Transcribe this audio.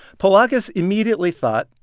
polakis immediately thought,